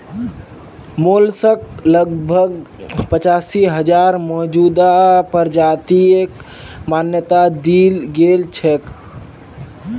mollusc लगभग पचासी हजार मौजूदा प्रजातिक मान्यता दील गेल छेक